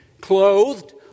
clothed